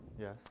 Yes